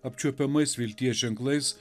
apčiuopiamais vilties ženklais